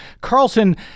Carlson